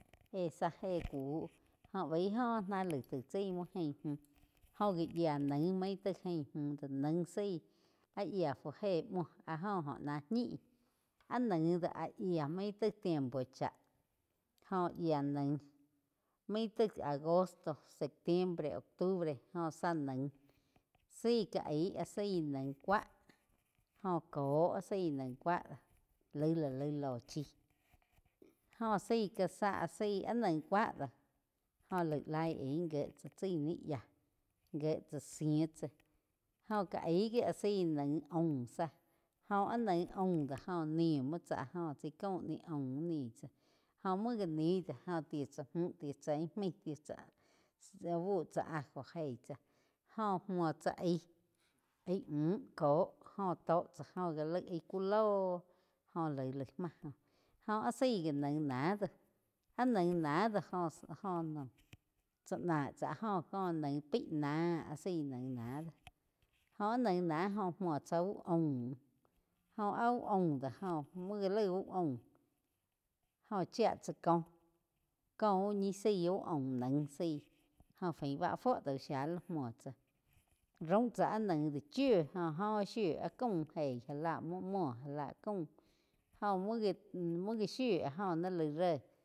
Éh zá éh ku jó bain óho náh laig taig tzaí muo jaín múh jóh gi yía naig main taig jaín múh do naig zaí áh yía fu éh múo áh jóh óh náh ñih, áh naig do áh yía maig taig tiempo cháh. Jóh yía naig main taig agosto, septiembre, octubre óh zá naíg zaí ká aig áh zaíg naíg cúah. Jó kó áh zaig naí cúah laig la laig lo chi jo zaí ga zá áh zaí naíg cúa do gó laig laig aíg gie tsá tsi ni yáh gíe tsá zíh tsá jóh ká aig gi áh zaí naig aum zá jóh áh naig aum do joh nih muo tsá áh jo chaí caum nih aum nih tzáh. Jóh muo gá nih do jó ti tsá múh ti tzá íh maig ti tzá úh bú tsá ajo geih tsáh joh múo tsá aig, aig mún kó jo tó tsá jo já laig aí kú ló, jo laig, laig máh óh áh zaig gi naig na do, áh naig náh do joh chá náh tsá áh jo jóh naig pai nah áh zaí naig ná do jó áh naig ná jo múo tsá úh aum jóh áh úh aum do jóh muo gá laig úh aum óh chía tsá kóh, kóh úh ñi zaí úh aum naig zaí jó fain bá fuo dau shía la muo tsá raum tsá áh naig do chiu jó, oh shiu áh kaum geí já lah muo, muoh já la caum joh, muo ga-muo ga shiu áh joh ni laig ré.